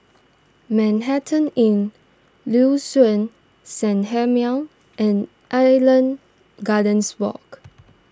Manhattan Inn Liuxun Sanhemiao and Island Gardens Walk